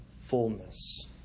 fullness